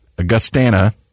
Augustana